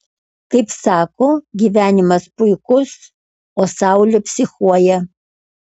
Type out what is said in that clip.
kaip sako gyvenimas puikus o saulė psichuoja